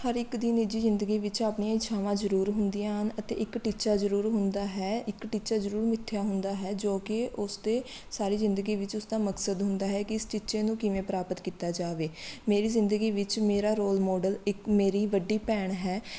ਹਰ ਇੱਕ ਦੀ ਨਿਜੀ ਜ਼ਿੰਦਗੀ ਵਿੱਚ ਆਪਣੀਆਂ ਇੱਛਾਵਾਂ ਜ਼ਰੂਰ ਹੁੰਦੀਆਂ ਹਨ ਅਤੇ ਇੱਕ ਟੀਚਾ ਜ਼ਰੂਰ ਹੁੰਦਾ ਹੈ ਇੱਕ ਟੀਚਾ ਜ਼ਰੂਰ ਮਿੱਥਿਆ ਹੁੰਦਾ ਹੈ ਜੋ ਕਿ ਉਸਦੇ ਸਾਰੀ ਜ਼ਿੰਦਗੀ ਵਿੱਚ ਉਸਦਾ ਮਕਸਦ ਹੁੰਦਾ ਹੈ ਕਿ ਇਸ ਟੀਚੇ ਨੂੰ ਕਿਵੇਂ ਪ੍ਰਾਪਤ ਕੀਤਾ ਜਾਵੇ ਮੇਰੀ ਜ਼ਿੰਦਗੀ ਵਿੱਚ ਮੇਰਾ ਰੋਲ ਮੋਡਲ ਇੱਕ ਮੇਰੀ ਵੱਡੀ ਭੈਣ ਹੈ